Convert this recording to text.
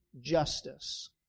justice